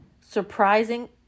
surprising